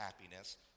happiness